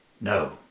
No